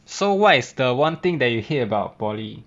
so what is the one thing that you hate about polytechnic